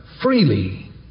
freely